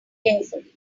carefully